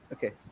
Okay